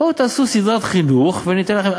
בואו תעשו סדרת חינוך וניתן לכם.